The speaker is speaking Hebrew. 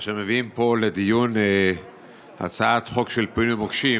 כאשר מביאים פה לדיון הצעת חוק של פינוי מוקשים